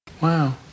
Wow